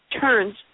turns